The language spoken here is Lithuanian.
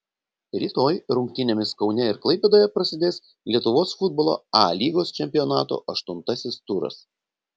rytoj rungtynėmis kaune ir klaipėdoje prasidės lietuvos futbolo a lygos čempionato aštuntasis turas